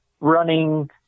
running